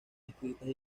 escritas